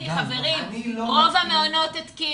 רוב המעונות התקינו.